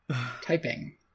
Typing